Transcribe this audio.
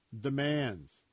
demands